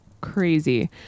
crazy